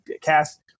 cast